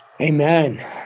Amen